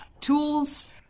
tools